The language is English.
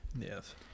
Yes